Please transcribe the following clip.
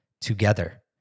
together